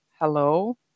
hello